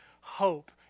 hope